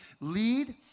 lead